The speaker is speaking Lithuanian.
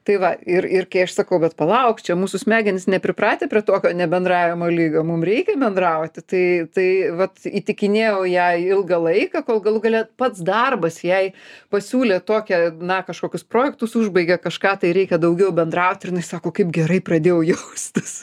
tai va ir ir kai aš sakau bet palauk čia mūsų smegenys nepripratę prie tokio nebendravimo lygio mums reikia bendrauti tai tai vat įtikinėjau ją ilgą laiką kol galų gale pats darbas jai pasiūlė tokią na kažkokius projektus užbaigė kažką tai reikia daugiau bendrauti ir jinai sako kaip gerai pradėjau jaustis